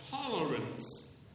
tolerance